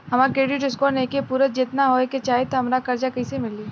हमार credit score नईखे पूरत जेतना होए के चाही त हमरा कर्जा कैसे मिली?